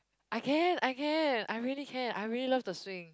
I can I can I really can I really love to swing